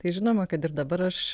tai žinoma kad ir dabar aš